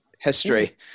history